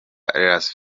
las